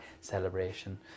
celebration